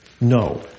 No